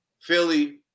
Philly